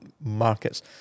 markets